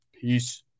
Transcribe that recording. Peace